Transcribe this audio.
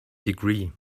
degree